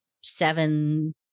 seven